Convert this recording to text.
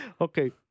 Okay